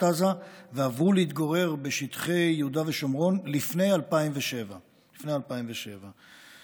עזה ועברו להתגורר בשטחי יהודה ושומרון לפני 2007. כלומר,